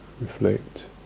reflect